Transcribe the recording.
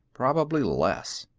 probably less.